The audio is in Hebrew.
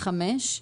חמש,